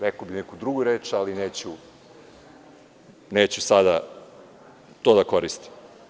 Rekao bih neku drugu reč, ali neću sada to da koristim.